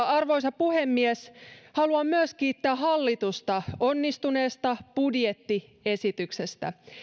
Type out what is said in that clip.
arvoisa puhemies haluan myös kiittää hallitusta onnistuneesta budjettiesityksestä